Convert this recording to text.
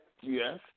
Yes